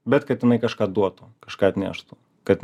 bet kad jinai kažką duotų kažką atneštų kad